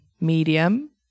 medium